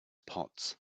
pots